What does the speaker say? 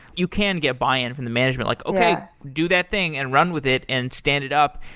you can get buy-in from the management, like, okay. do that thing, and run with it and stand it up.